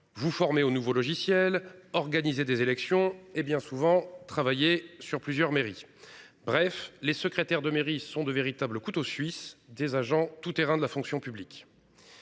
Vous former aux nouveaux logiciels organiser des élections et bien souvent travaillé sur plusieurs mairies. Bref, les secrétaires de mairie sont de véritables couteaux suisses des agents tout-terrain de la fonction publique.